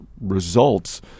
results